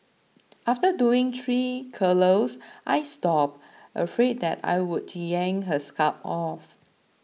after doing three curlers I stopped afraid that I would yank her scalp off